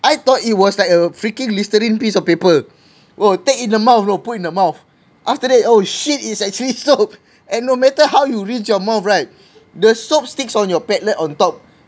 I thought it was like a freaking listerine piece of paper oh take it in the mouth bro put in the mouth after that oh shit it's actually soap and no matter how you rinse your mouth right the soap sticks on your palate on top